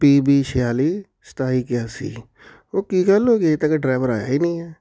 ਪੀ B ਛਿਆਲੀ ਸਤਾਈ ਇਕਆਸੀ ਉਹ ਕੀ ਗੱਲ ਹੋ ਗਈ ਅਜੇ ਤੱਕ ਡਰਾਈਵਰ ਆਇਆ ਹੀ ਨਹੀਂ ਹੈ